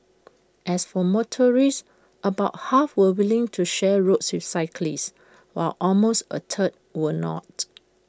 as for motorists about half were willing to share roads with cyclists while almost A third were not